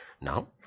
Now